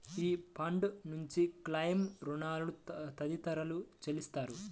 ఈ ఫండ్ నుంచి క్లెయిమ్లు, రుణాలు తదితరాలు చెల్లిస్తారు